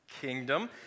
kingdom